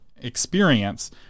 experience